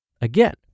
Again